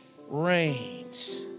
reigns